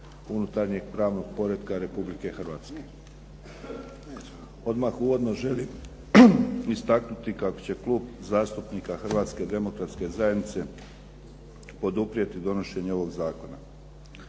unutarnjeg pravnog poretka Republike Hrvatske. Odmah uvodno želim istaknuti kako će Klub zastupnika Hrvatske demokratske zajednice poduprijeti donošenje ovog zakona.